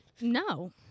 No